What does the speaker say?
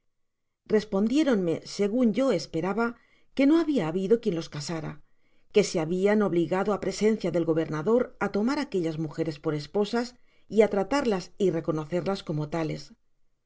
casados respondiéronme segun yo esperaba que no babia habido quien los casara que se habian ebligado á presencia del gobernador á tomar aquellas mujeres por esposas y á tratarlas y reconocerlas como tales